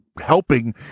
helping